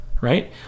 right